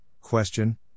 question